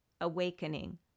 awakening